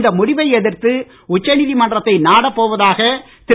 இந்த முடிவை எதிர்த்து உச்சநீதிமன்றத்தை நாடப்போவதாக திரு